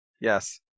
Yes